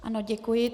Ano, děkuji.